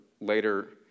later